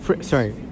Sorry